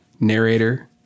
narrator